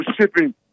shipping